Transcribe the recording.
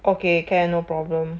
okay can no problem